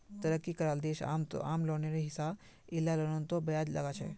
तरक्की कराल देश आम लोनेर हिसा इला लोनतों ब्याज लगाछेक